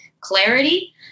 clarity